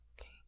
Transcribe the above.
Okay